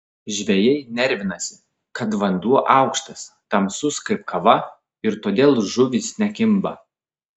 žvejai nervinasi kad vanduo aukštas tamsus kaip kava ir todėl žuvys nekimba